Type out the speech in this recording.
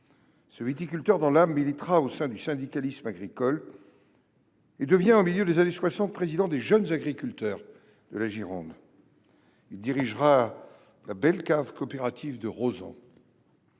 Ce viticulteur dans l’âme milita au sein du syndicalisme agricole et devint, au milieu des années 1960, président des Jeunes Agriculteurs de la Gironde. Il dirigea la belle cave coopérative de Rauzan.